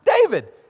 David